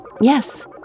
Yes